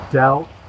doubt